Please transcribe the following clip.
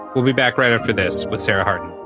we'll be back right after this with sarah harden.